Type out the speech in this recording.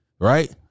Right